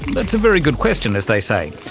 that's a very good question, as they say.